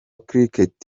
cricket